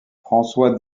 françois